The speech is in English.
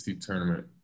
tournament